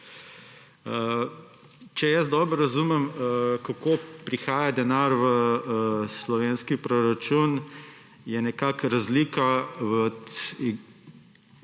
Če dobro razumem, kako prihaja denar v slovenski poračun, je razlika